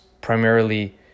primarily